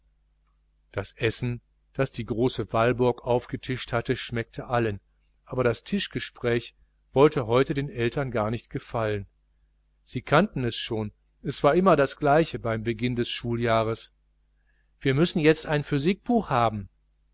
das essen das die große walburg aufgetischt hatte schmeckte allen aber das tischgespräch wollte heute den eltern gar nicht gefallen sie kannten es schon es war immer das gleiche beim beginn des wintersemesters wir müssen jetzt ein physikbuch haben